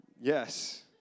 Yes